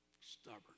Stubborn